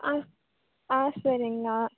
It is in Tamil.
ஆ ஆ சரிங்ணா